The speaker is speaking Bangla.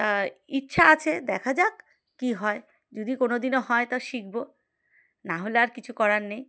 তা ইচ্ছা আছে দেখা যাক কী হয় যদি কোনো দিনও হয় তা শিখব নাহলে আর কিছু করার নেই